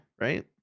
right